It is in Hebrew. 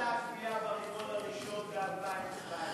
בכמה עלתה הגבייה ברבעון הראשון ב-2017?